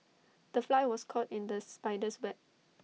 the fly was caught in the spider's web